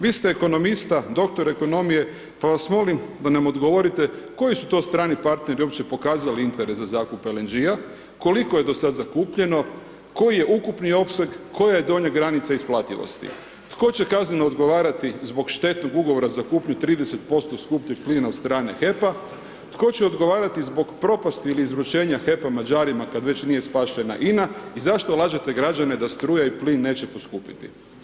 Vi ste ekonomista, doktor ekonomije pa vas molim da nam odgovorite koji su to strani partneri uopće pokazali interes za zakup LNG-a, koliko je do sada zakupljeno, koji je ukupni opseg, koja je donja granica isplativosti, tko će kazneno odgovarati zbog štetnog ugovora za kupnju 30% skupljeg plina od strane HEP-a, tko će odgovarati zbog propasti ili izručenja HEP-a Mađarima, kad već nije spašena INA i zašto lažete građane da struja i plin neće poskupjeti?